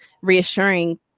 reassuring